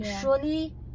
surely